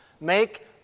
Make